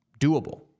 doable